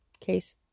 case